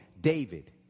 David